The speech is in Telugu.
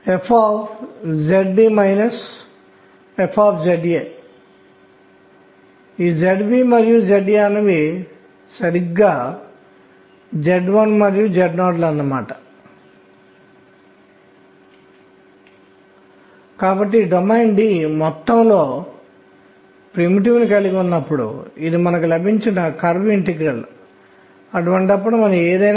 కాబట్టి ఈ ప్రయోగాత్మకమైన అన్నిటినీ కలపడం ఈ ప్రయోగాత్మక సాక్ష్యాలన్నిటినీ కలిపి ముగించడం జరిగింది మరియు హైడ్రోజన్ 1 s నిర్మాణాన్ని కలిగి ఉన్న వస్తువులకు స్పెక్ట్రోస్కోపిక్ సంజ్ఞా మానాన్ని కూడా ప్రజలు మీకు తెలియజేశారు